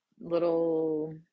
little